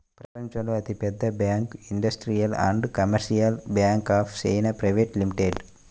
ప్రపంచంలో అతిపెద్ద bank industrial and commercial bank of China private limited